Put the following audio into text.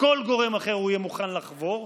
לכל גורם אחר הוא יהיה מוכן לחבור.